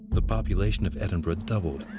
the population of edinburgh doubled,